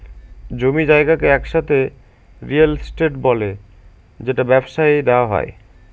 জমি জায়গাকে একসাথে রিয়েল এস্টেট বলে যেটা ব্যবসায় দেওয়া হয়